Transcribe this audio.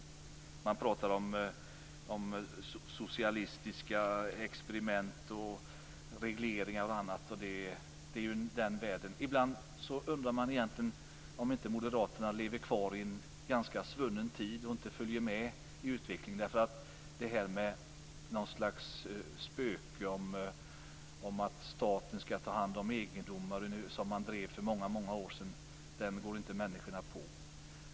Man talar om socialistiska experiment, regleringar osv. Ibland kan man undra om inte Moderaterna lever kvar i en ganska svunnen tid och inte följer med i utvecklingen. Detta med ett slags spöke - att staten skall ta hand om egendomar - och det som man drev för många år sedan går människor i dag inte på.